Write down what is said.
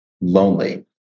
lonely